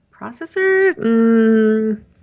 processors